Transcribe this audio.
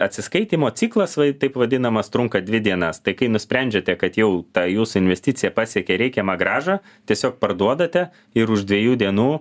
atsiskaitymo ciklas taip vadinamas trunka dvi dienas tai kai nusprendžiate kad jau ta jūsų investicija pasiekė reikiamą grąžą tiesiog parduodate ir už dviejų dienų